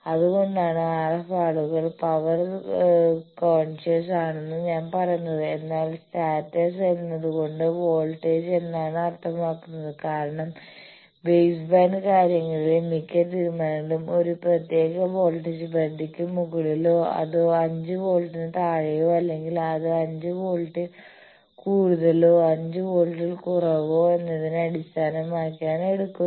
അതുകൊണ്ടാണ് RF ആളുകൾ power conscious ആണെന്ന് ഞാൻ പറയുന്നത് എന്നാൽ സ്റ്റാറ്റസ് എന്നത്കൊണ്ട് വോൾട്ടേജ് എന്നാണ് അർത്ഥമാക്കുന്നത് കാരണം ബേസ്ബാൻഡ് കാര്യങ്ങളിലെ മിക്ക തീരുമാനങ്ങളും ഒരു പ്രത്യേക വോൾട്ടേജ് പരിധിക്ക് മുകളിലാണോ അതോ 5 വോൾട്ടിന് താഴെയാണോ അല്ലെങ്കിൽ അത് 5 വോൾട്ടിൽ കൂടുതലാണോ 5 വോൾട്ടിൽ കുറവാണോ എന്നതിനെ അടിസ്ഥാനമാക്കിയാണ് എടുക്കുന്നത്